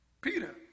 Peter